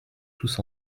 tous